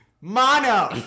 Mono